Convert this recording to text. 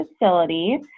facility